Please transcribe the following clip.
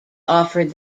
offered